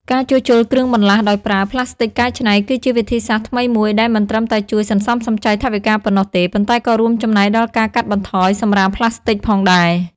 ការជួសជុលគ្រឿងបន្លាស់ដោយប្រើ ផ្លាស្ទិកកែច្នៃ គឺជាវិធីសាស្ត្រថ្មីមួយដែលមិនត្រឹមតែជួយសន្សំសំចៃថវិកាប៉ុណ្ណោះទេ ប៉ុន្តែក៏រួមចំណែកដល់ការកាត់បន្ថយសំរាមផ្លាស្ទិកផងដែរ។